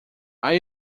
are